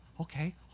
okay